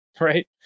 right